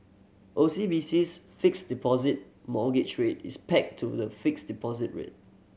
O C B C's Fixed Deposit Mortgage Rate is pegged to the fixed deposit rate